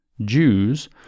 Jews